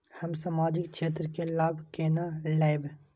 हम सामाजिक क्षेत्र के लाभ केना लैब?